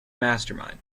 mastermind